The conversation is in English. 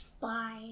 Bye